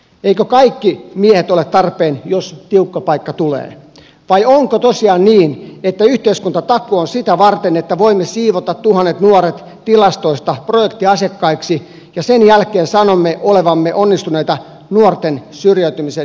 eivätkö kaikki miehet ole tarpeen jos tiukka paikka tulee vai onko tosiaan niin että yhteiskuntatakuu on sitä varten että voimme siivota tuhannet nuoret tilastoista projektiasiakkaiksi ja sen jälkeen sanomme olevamme onnistuneita nuorten syrjäytymisen ehkäisyssä